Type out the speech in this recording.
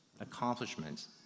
accomplishments